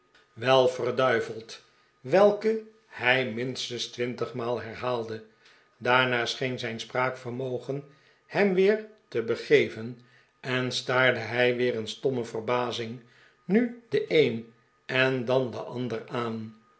veld welke hij minstens twintigmaal herhaalde daarna s die en zijn spraakvermogen hem weer te begeven en staarde hij weer in stomme verbazing nu den een en dan den ander aan